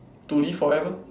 to live forever